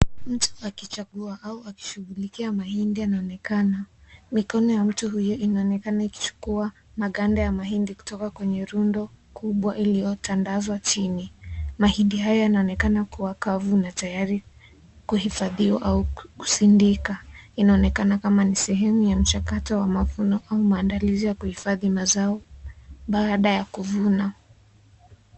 Mtu akichagua au akishughulikia mahindi anaonekana. Mikono ya mtu huyu inaonekana ikichukua maganda ya mahindi kutoka kwenye rundo kubwa iliyotandazwa chini. Mahindi hayo yanaonekana kuwa kavu na tayari kuhifadhiwa au kusindika. Inaonekana kama ni sehemu ya mchakato wa mavuno au maandalizi ya kuhifadhi mazao, baada ya kuvuna.